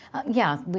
yeah. but